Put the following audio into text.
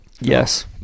Yes